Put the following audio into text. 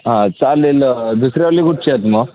हां चालेल दुसरेवाले कुठचे आहेत मग